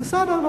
בסדר,